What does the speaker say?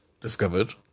discovered